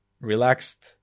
relaxed